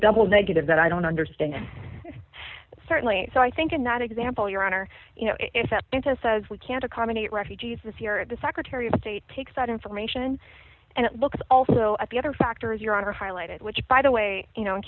double negative that i don't understand certainly so i think in that example your honor you know if that's going to says we can't accommodate refugees this year and the secretary of state takes that information and looks also at the other factors your honor highlighted which by the way you know in